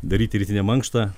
daryti rytinę mankštą